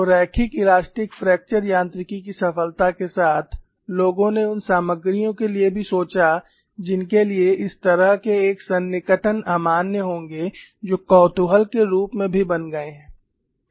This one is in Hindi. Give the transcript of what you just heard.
तो रैखिक इलास्टिक फ्रैक्चर यांत्रिकी की सफलता के साथ लोगों ने उन सामग्रियों के लिए भी सोचा जिनके लिए इस तरह के एक सन्निकटन अमान्य होंगे जो कौतुहल के रूप में भी बन गए हैं